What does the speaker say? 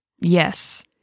yes